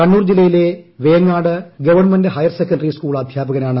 കണ്ണൂർ ജില്ലയിലെ Vengad government higher secondary school അധ്യാപകനാണ്